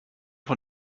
von